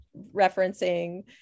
referencing